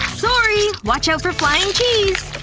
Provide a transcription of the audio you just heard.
sorry, watch out for flying cheese!